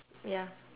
ya